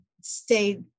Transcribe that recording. stay